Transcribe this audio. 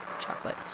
chocolate